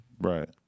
Right